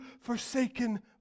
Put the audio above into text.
forsaken